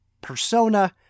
persona